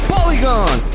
Polygon